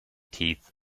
teeth